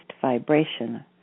vibration